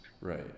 right